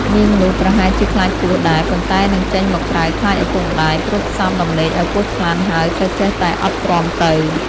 នាងនោះប្រហែលជាខ្លាចពស់ដែរ ប៉ុន្ដែនិងចេញមកក្រៅខ្លាចឪពុកម្ដាយ ព្រោះផ្សំ ដំណេកឱ្យពស់ថ្លាន់ហើយក៏ចេះតែអត់ទ្រាំទៅ ។